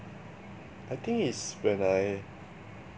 I think is when I